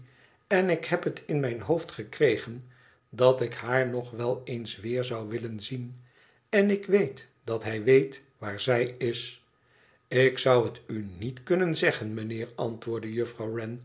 en ik heb het in mijn hoofd gekregen dat ik haar nog wel eens weer zou willen zien en ik weet dat hij weet waar zij is ik zou het u niet kunnen zeggen meneer antwoordde juffrouw